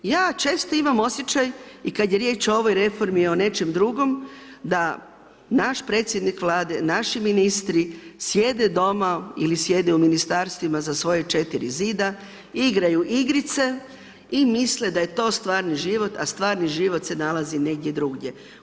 Ja često imam osjećaj i kad je riječ o ovoj reformi i o nečem drugom da naš predsjednik Vlade, naši ministri sjede doma ili sjede u ministarstvima za svoja 4 zida, igraju igrice i misle da je to stvarni život, a stvarni život se nalazi negdje drugdje.